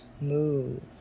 move